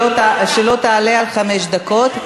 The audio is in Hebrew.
שלא תעלה על חמש דקות.